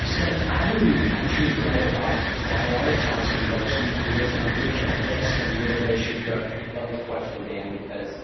seth, how do we actually go about prioritizing those, and and working out which are best and where they should go? i love this question, dan, because